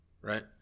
right